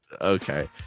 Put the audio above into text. okay